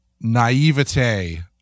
naivete